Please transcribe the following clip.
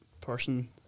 person